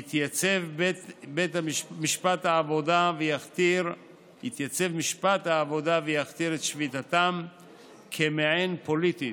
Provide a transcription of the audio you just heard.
יתייצב בבית הדין לעבודה" ויכתיר את שביתתם כמעין-פוליטית,